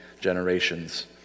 generations